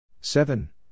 Seven